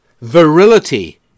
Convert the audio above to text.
virility